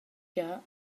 gia